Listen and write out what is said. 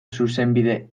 zuzenbide